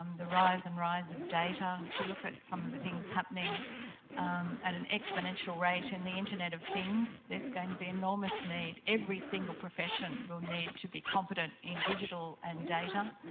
the rise and rise of data, if you look at some of the things happening at an expediential rate and the internet of things there's going to be enormous need, every single profession will need to be competent in digital and data.